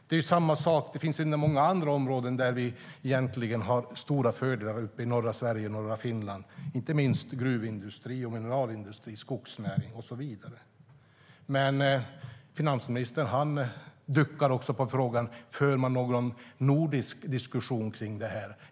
Det finns ändå andra områden där vi i norra Sverige och norra Finland har fördelar, inte minst gäller det gruvindustri, mineralindustri, skogsnäring och så vidare. Men finansministern duckar också för frågan om man för någon nordisk diskussion om detta.